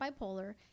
bipolar